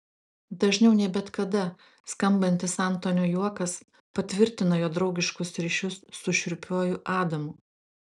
dažniau nei bet kada skambantis antonio juokas patvirtina jo draugiškus ryšius su šiurpiuoju adamu